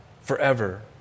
forever